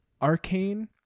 arcane